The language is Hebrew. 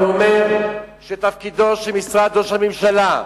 אני אומר שתפקידם של משרד ראש הממשלה,